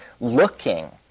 looking